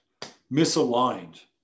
misaligned